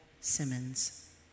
Simmons